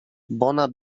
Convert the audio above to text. bona